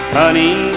honey